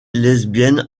lesbiennes